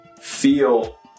feel